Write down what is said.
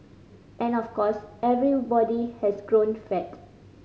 and of course everybody has grown fat